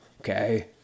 Okay